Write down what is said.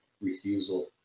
refusal